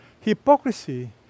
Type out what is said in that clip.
Hypocrisy